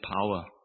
power